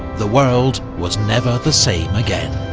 the world was never the same again.